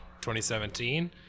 2017